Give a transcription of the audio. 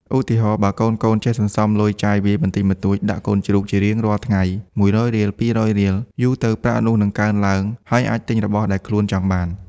ឧទាហរណ៍ បើកូនៗចេះសន្សំលុយចាយវាយបន្តិចបន្តួចដាក់កូនជ្រូកជារៀងរាល់ថ្ងៃ ១០០រៀល ២០០រៀល យូរទៅប្រាក់នោះនឹងកើនឡើង ហើយអាចទិញរបស់ដែលខ្លួនចង់បាន។